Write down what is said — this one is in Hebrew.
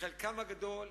חלקם הגדול,